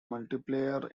multiplayer